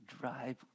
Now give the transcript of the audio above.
drive